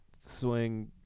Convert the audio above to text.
swing